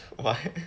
why